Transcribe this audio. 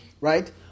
Right